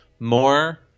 More